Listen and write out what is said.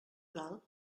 dalt